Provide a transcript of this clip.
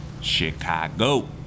chicago